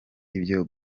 ibyo